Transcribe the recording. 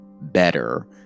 better